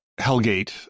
Hellgate